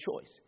choice